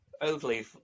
overly